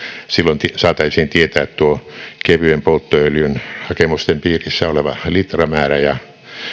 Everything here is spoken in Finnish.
silloin saataisiin tietää tuo kevyen polttoöljyn hakemusten piirissä oleva litramäärä ja